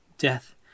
Death